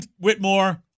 Whitmore